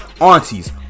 aunties